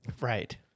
Right